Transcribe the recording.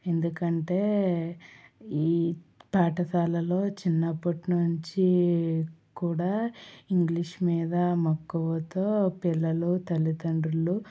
ఎందుకంటే ఈ పాఠశాలలో చిన్నప్పటినుంచి కూడా ఇంగ్లీష్ మీద మక్కువతో పిల్లలు తల్లిదండ్రులు